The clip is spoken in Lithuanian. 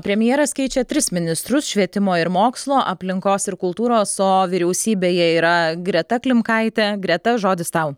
premjeras keičia tris ministrus švietimo ir mokslo aplinkos ir kultūros o vyriausybėje yra greta klimkaitė greta žodis tau